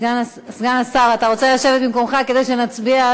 סגן השר, אתה רוצה לשבת במקומך כדי שנצביע?